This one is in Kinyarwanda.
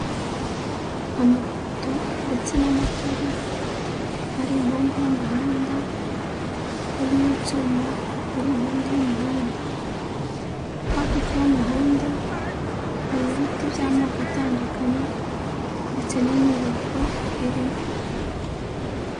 Amapoto ndetse n'amatara ari impande y'umuhanda, hari n'ibyuma biri impade y'umuhanda, hakurya y'umuhanda hari ibiti by'amoko atandukanye ndetse n'inyubako irimo.